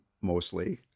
mostly